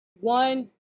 One